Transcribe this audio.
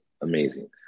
amazing